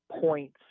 points